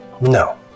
No